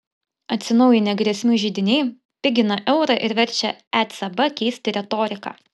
atsinaujinę grėsmių židiniai pigina eurą ir verčia ecb keisti retoriką